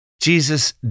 Jesus